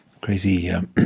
crazy